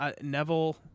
Neville –